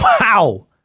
Wow